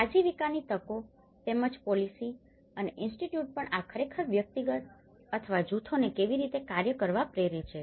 આજીવિકાની તકો તેમજ પોલીસીpolicyનીતિ અને ઇન્સ્ટીટયુટ પણ આ ખરેખર વ્યક્તિગત અથવા જૂથોને કેવી રીતે કાર્ય કરવા માટે પ્રેરે છે